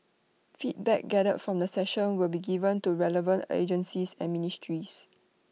feedback gathered from the session will be given to relevant agencies and ministries